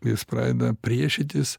jis pradeda priešytis